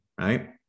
right